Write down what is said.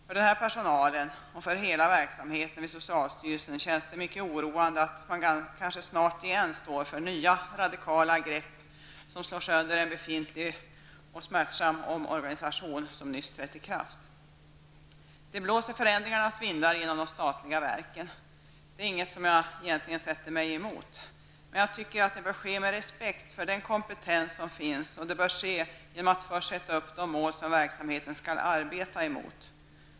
För denna personal och för hela verksamheten vid socialstyrelsen känns det mycket oroande att man kanske snart igen står inför nya radikala grepp som slår sönder en befintlig och smärtsam omorganisation som nyss trätt i kraft. Det blåser förändringarnas vindar genom de statliga verken. Det är inget som jag sätter mig emot. Men jag tycker att det bör ske med respekt för den kompetens som finns, och det bör ske genom att man först sätter upp de mål som verksamheten skall arbeta emot.